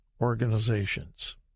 organizations